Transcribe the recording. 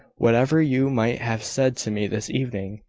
whatever you might have said to me this evening,